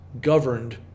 governed